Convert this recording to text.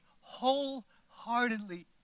wholeheartedly